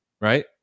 right